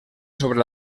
sobre